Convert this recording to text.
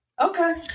Okay